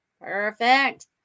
Perfect